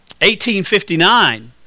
1859